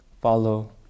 follow